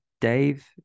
Dave